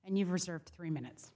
and you've reserved three minutes